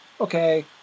okay